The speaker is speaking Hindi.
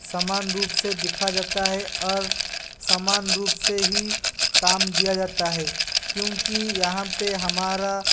समान रूप से दिखा जाता है और समान रूप से ही काम दिया जाता है क्योंकि यहाँ पे हमारा